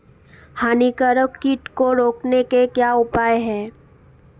हानिकारक कीट को रोकने के क्या उपाय हैं?